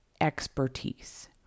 expertise